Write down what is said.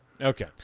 okay